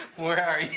where are